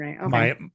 right